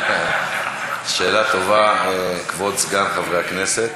שאלה טובה, כבוד זקן חברי הכנסת.